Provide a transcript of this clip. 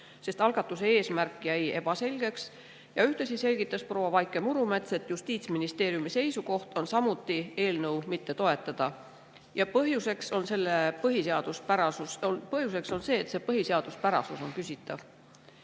sest algatuse eesmärk jäi ebaselgeks. Ühtlasi selgitas proua Vaike Murumets, et Justiitsministeeriumi seisukoht on samuti eelnõu mitte toetada. Põhjuseks on see, et põhiseaduspärasus on küsitav.